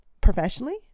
professionally